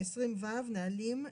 20ו. נהלים.